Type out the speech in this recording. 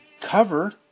cover